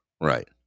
right